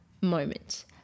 moment